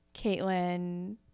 Caitlin